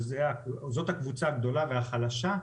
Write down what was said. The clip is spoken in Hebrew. שזאת הקבוצה הגדולה והחלשה,